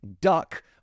duck